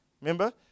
Remember